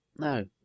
No